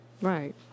Right